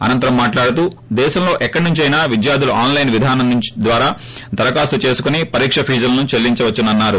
అనంతరం మాట్లాడుతూ దేశంలో ఎక్కడి నుంచి అయిన విద్యార్లులు ఆన్లైన్ విధానం ద్వారా దరఖాస్తు చేసుకుని పరీక్ష ఫీజులను చెల్లించవచ్చునన్నారు